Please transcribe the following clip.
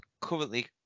currently